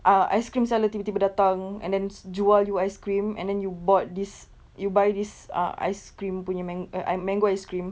err ice cream seller tiba-tiba datang and then s~ jual you ice cream and then you bought this you buy this uh ice cream punya mang~ eh um mango ice cream